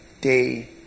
day